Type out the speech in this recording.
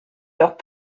leurs